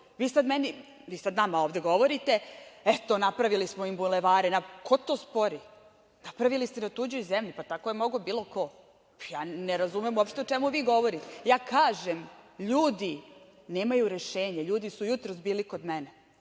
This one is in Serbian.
Vi sad nama ovde govorite – eto, napravili smo im bulevare. Ko to spori? Napravili ste na tuđoj zemlji, tako je mogao bilo ko. Ne razumem uopšte o čemu vi govorite. Ja kažem – ljudi nemaju rešenje. Ljudi su jutros bili kod mene